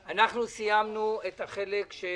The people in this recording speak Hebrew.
סיימנו את החלק של